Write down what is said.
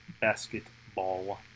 basketball